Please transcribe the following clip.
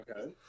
Okay